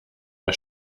der